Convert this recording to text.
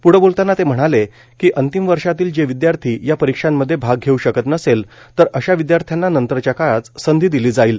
प्ढ बोलताना ते म्हणाले की अंतिम वर्षातील जे विद्यार्थी या परीक्षांमध्ये भाग घेऊ शकत नसेल तर अश्या विदयार्थ्यांना नंतरच्या काळात संधी दिली जाईल